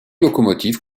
locomotives